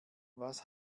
was